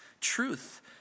truth